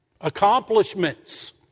Accomplishments